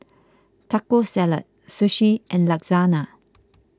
Taco Salad Sushi and Lasagna